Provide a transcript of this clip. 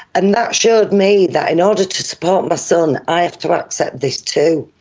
and that showed me that in order to support my son i have to accept this too,